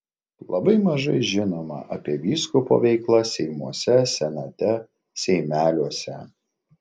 labai mažai žinoma apie vyskupo veiklą seimuose senate seimeliuose